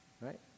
Right